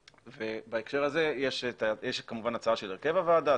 בהקשר הזה יש כמובן הצעה של הרכב הוועדה,